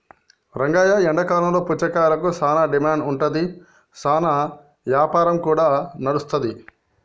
రంగయ్య ఎండాకాలంలో పుచ్చకాయలకు సానా డిమాండ్ ఉంటాది, సానా యాపారం కూడా నడుస్తాది